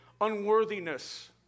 unworthiness